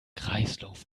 kreislauf